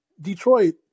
Detroit